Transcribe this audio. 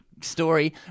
story